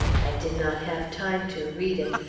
i did not have time to read it,